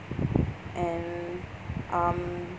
and um